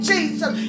Jesus